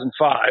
2005